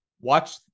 watch